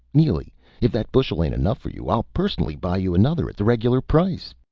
neely if that bushel ain't enough for you, i'll personally buy you another, at the reg'lar price.